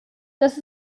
dass